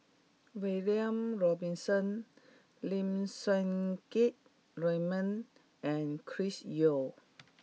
William Robinson Lim Siang Keat Raymond and Chris Yeo